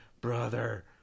brother